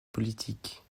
politique